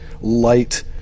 light